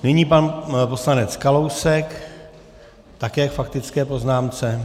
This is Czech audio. Nyní pan poslanec Kalousek také k faktické poznámce.